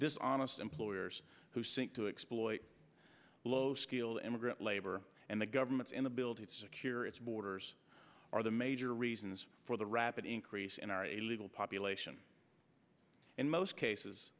dishonest employers who seek to exploit low skilled immigrant labor and the government's inability to secure its borders are the major reasons for the rapid increase in our illegal population in most cases